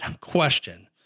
question